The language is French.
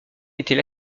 était